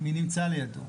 מי נמצא לידו?